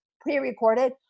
pre-recorded